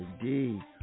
indeed